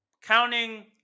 Counting